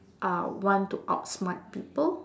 uh want to outsmart people